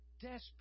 desperate